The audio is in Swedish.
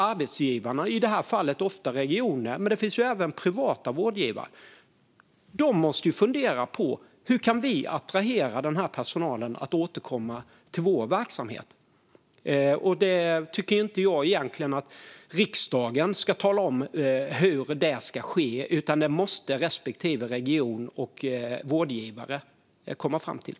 Arbetsgivarna - i det här fallet ofta regioner, men det finns ju även privata vårdgivare - måste fundera på hur de kan attrahera personal som har valt att lämna yrket att återkomma till arbetsgivarnas verksamhet. Jag tycker inte att riksdagen ska tala om hur detta ska ske, utan det måste respektive region och vårdgivare komma fram till.